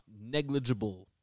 Negligible